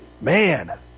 Man